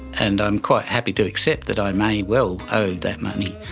and i'm quite happy to accept that i may well owe that money,